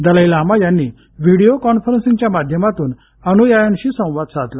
Dalai Lama यांनी video कॉन्फरंसिंगच्या माध्यमातून अनुयायांशी संवाद साधला